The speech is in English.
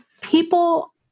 people